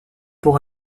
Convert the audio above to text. pour